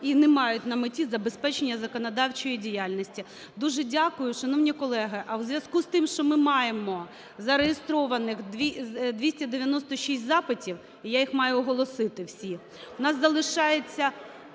і не мають не меті забезпечення законодавчої діяльності. Дуже дякую. Шановні колеги, а в зв'язку з тим, що ми маємо зареєстрованих 296 запитів, і я їх маю оголосити всі, у нас залишається